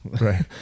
Right